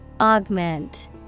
augment